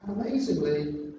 amazingly